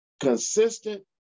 consistent